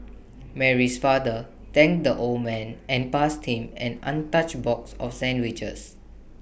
Mary's father thanked the old man and passed him an untouched box of sandwiches